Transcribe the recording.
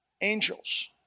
Angels